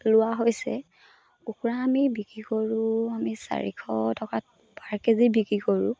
লোৱা হৈছে কুকুৰা আমি বিক্ৰী কৰোঁ আমি চাৰিশ টকাত পাৰ কেজি বিক্ৰী কৰোঁ